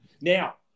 Now